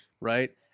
right